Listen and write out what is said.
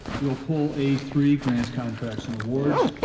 we'll pull a three, grants, contracts and awards.